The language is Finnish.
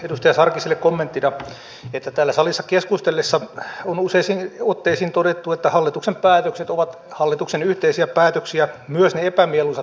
edustaja sarkkiselle kommenttina että täällä salissa keskustellessa on useisiin otteisiin todettu että hallituksen päätökset ovat hallituksen yhteisiä päätöksiä myös ne epämieluisat päätökset